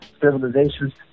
civilizations